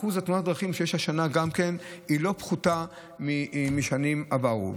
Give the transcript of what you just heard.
אחוז תאונות הדרכים שיש השנה גם כן הוא לא פחות משנים עברו.